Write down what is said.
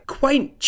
quaint